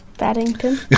Paddington